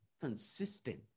consistent